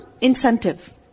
incentive